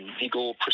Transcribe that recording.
legal